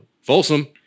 Folsom